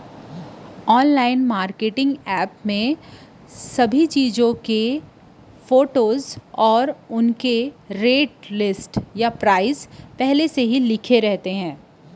online बेचइया app म सब्बो जिनिस के फोटू अउ ओखर भाव ह पहिली ले लिखाए रहिथे